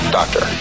doctor